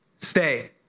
Stay